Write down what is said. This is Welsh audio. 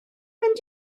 mynd